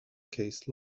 case